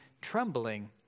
trembling